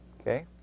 Okay